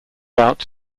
out